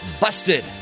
busted